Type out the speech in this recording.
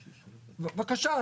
בבקשה,